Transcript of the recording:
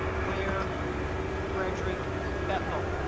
clear frederick bethel